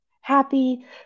happy